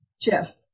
Jeff